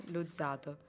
Luzzato